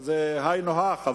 זה היינו הך.